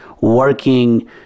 working